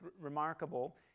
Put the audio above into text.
remarkable